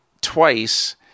twice